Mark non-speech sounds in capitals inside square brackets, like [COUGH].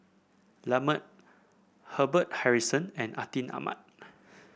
Lambert [UNINTELLIGIBLE] Harrison and Atin Amat